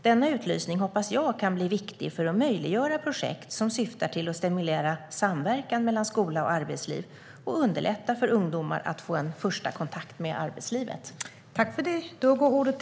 Denna utlysning hoppas jag kan bli viktig för att möjliggöra projekt som syftar till att stimulera samverkan mellan skola och arbetsliv och underlätta för ungdomar att få en första kontakt med arbetslivet.